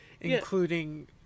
including